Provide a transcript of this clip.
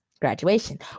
graduation